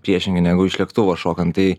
priešingai negu iš lėktuvo šokant tai